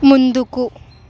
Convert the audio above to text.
ముందుకు